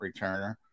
returner